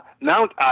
Mount